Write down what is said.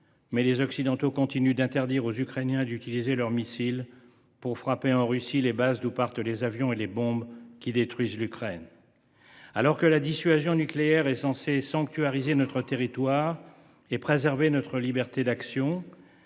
Or les Occidentaux continuent d’interdire aux Ukrainiens d’utiliser leurs missiles pour frapper en Russie les bases d’où partent les avions et les bombes qui détruisent l’Ukraine. La dissuasion nucléaire est censée sanctuariser notre territoire et préserver notre liberté d’action